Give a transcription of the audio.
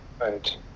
Right